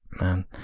man